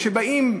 באים,